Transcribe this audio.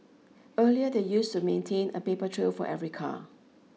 earlier they used to maintain a paper trail for every car